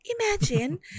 Imagine